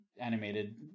animated